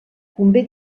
convé